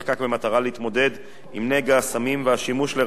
במטרה להתמודד עם נגע הסמים והשימוש לרעה בהם,